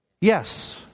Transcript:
Yes